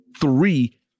three